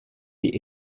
die